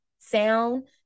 sound